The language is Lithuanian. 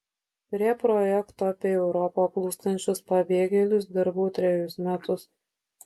prie projekto apie į europą plūstančius pabėgėlius dirbau trejus metus